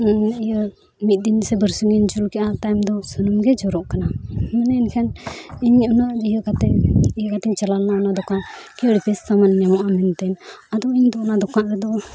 ᱟᱫᱚ ᱱᱤᱭᱟᱹ ᱤᱭᱟᱹ ᱢᱤᱫ ᱫᱤᱱ ᱥᱮ ᱵᱟᱨ ᱥᱤᱧ ᱤᱧ ᱡᱩᱞ ᱠᱮᱜᱼᱟ ᱛᱟᱭᱚᱢ ᱫᱚ ᱥᱩᱱᱩᱢ ᱜᱮ ᱡᱚᱨᱚᱜ ᱠᱟᱱᱟ ᱮᱱᱠᱷᱟᱱ ᱤᱱᱟᱹᱜ ᱱᱚᱣᱟ ᱤᱭᱟᱹ ᱠᱟᱛᱮ ᱤᱭᱟᱹ ᱠᱟᱛᱮᱧ ᱪᱟᱞᱟᱣ ᱞᱮᱱᱟ ᱚᱱᱟ ᱫᱚᱠᱟᱱ ᱥᱟᱢᱟᱱ ᱧᱟᱢᱚᱜᱼᱟ ᱢᱮᱱᱛᱮᱫ ᱟᱫᱚ ᱤᱧ ᱫᱚ ᱚᱱᱟ ᱫᱚᱠᱟᱱ ᱨᱮᱫᱚ